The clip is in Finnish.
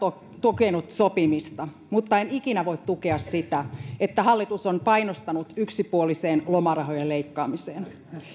tukenut sopimista mutta en ikinä voi tukea sitä että hallitus on painostanut yksipuoliseen lomarahojen leikkaamiseen